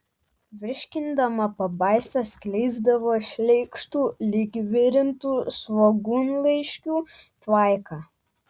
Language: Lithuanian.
virškindama pabaisa skleisdavo šleikštų lyg virintų svogūnlaiškių tvaiką